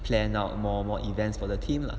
plan out more and more events for the team lah